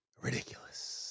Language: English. ridiculous